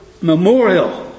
Memorial